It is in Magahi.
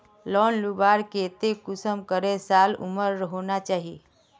लोन लुबार केते कुंसम करे साल उमर होना चही?